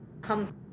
comes